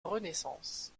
renaissance